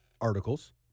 articles